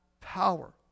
power